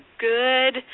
good